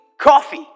coffee